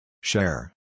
Share